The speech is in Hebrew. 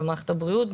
במערכת הבריאות,